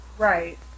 Right